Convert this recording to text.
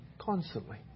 constantly